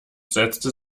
setzte